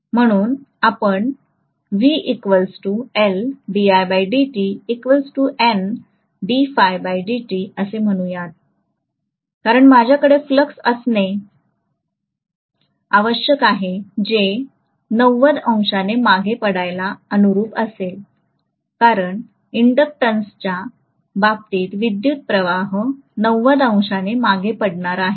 म्हणून आपण असे म्हणूयात कारण माझ्याकडे फ्लक्स असणे आवश्यक आहे जे ने मागे पडायला अनुरुप असेल कारण इंडक्टंसच्या बाबतीत विद्युत् प्रवाह ने मागे पडणार आहे